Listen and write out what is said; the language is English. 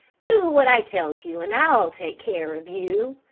do what i tell you and i'll take care of you.